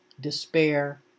despair